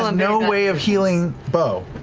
um no way of healing beau.